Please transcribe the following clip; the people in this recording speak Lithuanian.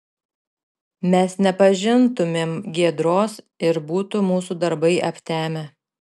mes nepažintumėm giedros ir būtų mūsų darbai aptemę